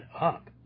up